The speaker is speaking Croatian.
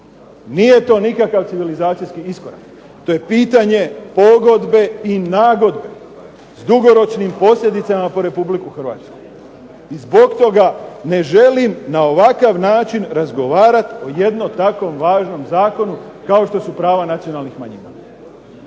Nije to nikakav civilizacijski iskorak, to je pitanje pogodbe i nagodbe. S dugoročnim posljedicama po Republiku Hrvatsku. I zbog toga ne želim na ovakav način razgovarati o takvom jednom važnom zakonu kao što su prava nacionalnih manjina.